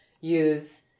use